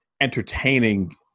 entertaining